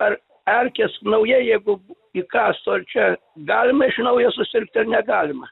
ar erkės naujai jeigu įkąstų ar čia galima iš naujo susirgt ar negalima